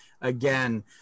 again